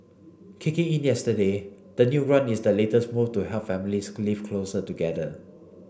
kicking in yesterday the new grant is the latest move to help families can live closer together